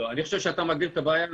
יחידה שהוקמה בצה"ל,